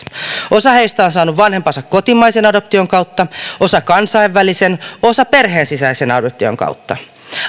osa heistä on saanut vanhempansa kotimaisen adoption kautta osa kansainvälisen osa perheen sisäisen adoption kautta adoptio